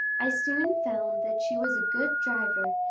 i soon found that she was a good driver,